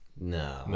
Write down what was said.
No